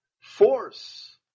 force